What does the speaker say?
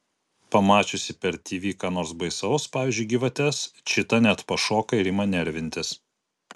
pamačiusi per tv ką nors baisaus pavyzdžiui gyvates čita net pašoka ir ima nervintis